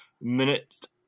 minute